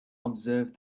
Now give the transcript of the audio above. observe